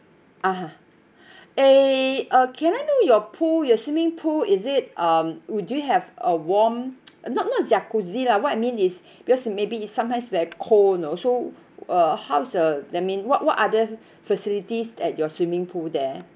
(uh huh) a~ uh can I know your pool your swimming pool is it um would you have a warm not not jacuzzi lah what I mean is because maybe it's sometimes very cold you know so uh how's the that mean what what other facilities at your swimming pool there